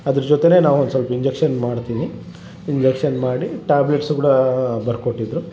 ಅದ್ರ ಜೊತೆನೆ ನಾವು ಒಂದು ಸ್ವಲ್ಪ್ ಇಂಜೆಕ್ಷನ್ ಮಾಡ್ತೀನಿ ಇಂಜೆಕ್ಷನ್ ಮಾಡಿ ಟ್ಯಾಬ್ಲೆಟ್ಸು ಕೂಡ ಬರ್ಕೊಟ್ಟಿದ್ರು